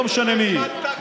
לא משנה מה היא,